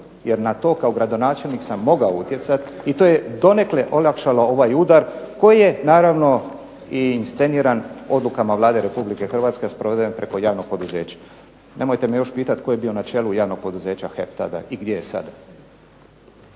jer na to kao gradonačelnik sam mogao utjecat i to je donekle olakšalo ovaj udar koji je naravno i insceniran odlukama Vlade Republike Hrvatske, a sproveden preko javnog poduzeća. Nemojte me još pitat tko je bio na čelu javnog poduzeća HEP tada i gdje je sad.